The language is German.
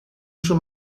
schon